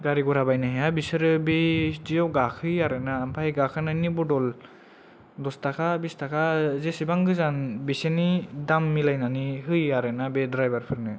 जाय मानसिया गारि गरा बायनो हाया बिसोरो बिदि आव गाखोयो आरोना आमफाय गाखोनायनि बदल दस थाखा बिस थाखा जेसेबां गोजान बेसेनि दाम मिलायनानै होयो आरो ना बे द्रायबार फोरनो